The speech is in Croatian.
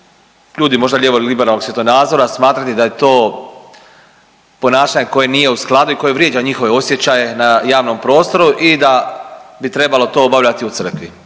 ljudi možda lijevo liberalnog svjetonazora smatrati da je to ponašanje koje nije u skladu i koje vrijeđa njihove osjećaje na javnom prostoru i da bi trebalo to obavljati u crkvi.